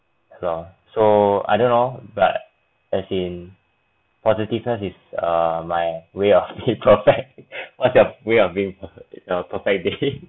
so so I don't know but as in positiveness is err my way of being perfect what's your way of being err perfect day